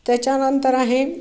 त्याच्यानंतर आहे